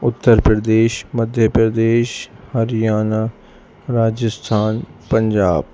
Uttar Pradesh Madhya Pradesh Haryana Rajasthan Punjab